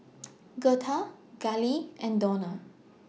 Gertha Kailee and Donald